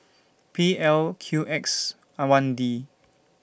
P L Q X and one D